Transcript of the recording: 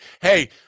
hey